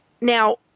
Now